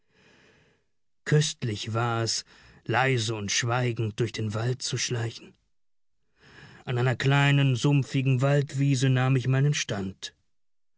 köstlich war es leise und schweigend durch den wald zu schleichen an einer kleinen sumpfigen waldwiese nahm ich meinen stand